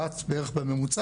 אחת בערך בממוצע,